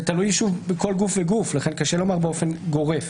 זה תלוי בכל גוף וגוף ולכן קשה לומר באופן גורף.